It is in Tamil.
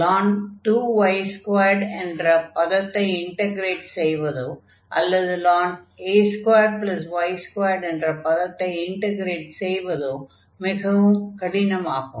ln 2y2 என்ற பதத்தை இன்டக்ரேட் செய்வதோ அல்லது ln a2y2 என்ற பதத்தை இன்டக்ரேட் செய்வதோ மிகவும் கடினமாகும்